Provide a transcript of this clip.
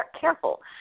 careful